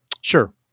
Sure